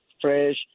fresh